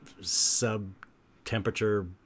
sub-temperature